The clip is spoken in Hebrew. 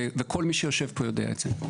וכל מי שיושב פה יודע את זה.